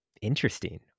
interesting